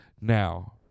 Now